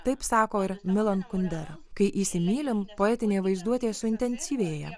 taip sako ir milan kundera kai įsimylim poetinė vaizduotė suintensyvėja